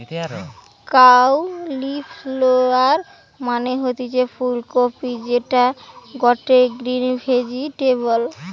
cauliflower মানে হতিছে ফুল কপি যেটা গটে গ্রিন ভেজিটেবল